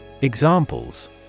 Examples